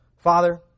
Father